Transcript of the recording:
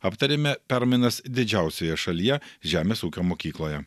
aptarėme permainas didžiausioje šalyje žemės ūkio mokykloje